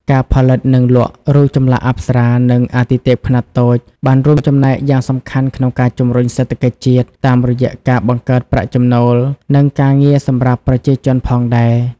ការផលិត និងលក់ រូបចម្លាក់អប្សរា និងអាទិទេពខ្នាតតូច បានរួមចំណែកយ៉ាងសំខាន់ក្នុងការជំរុញសេដ្ឋកិច្ចជាតិ តាមរយៈការបង្កើតប្រាក់ចំណូល និងការងារសម្រាប់ប្រជាជនផងដែរ។